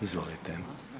Izvolite.